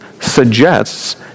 suggests